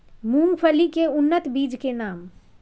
मूंगफली के उन्नत बीज के नाम?